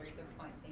good point.